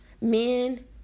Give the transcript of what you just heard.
men